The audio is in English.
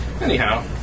Anyhow